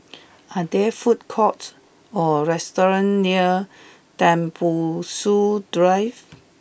are there food courts or restaurants near Tembusu Drive